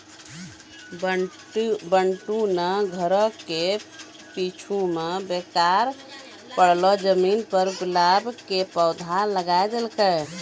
बंटू नॅ घरो के पीछूं मॅ बेकार पड़लो जमीन पर गुलाब के खूब पौधा लगाय देलकै